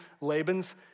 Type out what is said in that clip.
Laban's